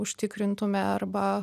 užtikrintume arba